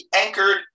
anchored